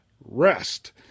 rest